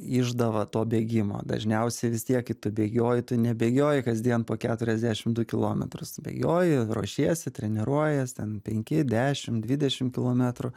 išdava to bėgimo dažniausiai vis tiek kai tu bėgioji tu nebėgioji kasdien po keturiasdešim du kilometrus bėgioji ruošiesi treniruojies ten penki dešim dvidešim kilometrų